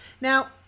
Now